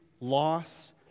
loss